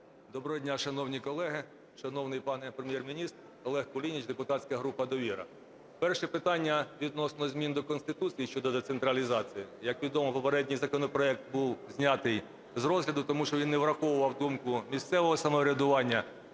Доброго дня, шановні колеги, шановний пане Прем'єр-міністр! Олег Кулініч, депутатська група "Довіра". Перше питання відносно змін до Конституції щодо децентралізації. Як відомо, попередній законопроект був знятий з розгляду, тому що він не враховував думку місцевого самоврядування.